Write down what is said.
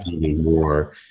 more